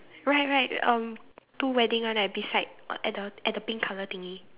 right right um two wedding one right beside uh at the at the pink colour thingy